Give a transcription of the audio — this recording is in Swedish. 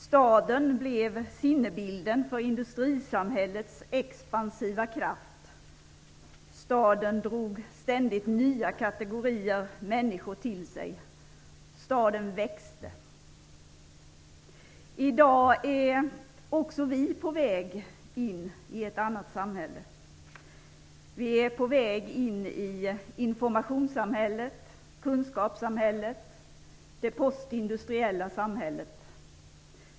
Staden blev sinnebilden för industrisamhällets expansiva kraft. Staden drog ständigt nya kategorier människor till sig. Staden växte. I dag är också vi på väg in i ett annat samhälle. Vi är på väg in i informationssamhället, kunskapssamhället, det postindustriella samhället.